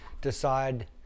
decide